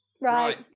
right